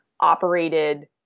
operated